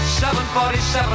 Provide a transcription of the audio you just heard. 747